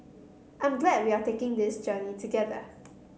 I'm glad we are taking this journey together